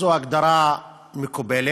זו הגדרה מקובלת,